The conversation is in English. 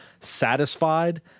satisfied